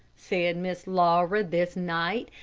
said miss laura, this night,